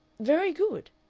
very good,